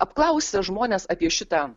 apklausia žmones apie šitą